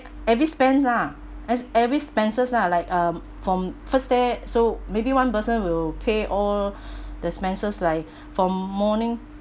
every spends lah as every expenses lah like um from first day so maybe one person will pay all the expenses like from morning